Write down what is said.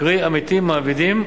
קרי עמיתים מעבידים.